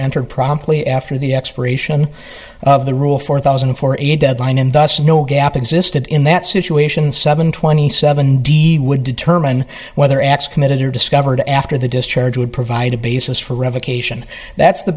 entered promptly after the expiration of the rule four thousand and four a deadline and thus no gap existed in that situation seven twenty seven d would determine whether acts committed or discovered after the discharge would provide a basis for revocation that's the